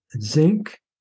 zinc